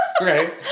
Right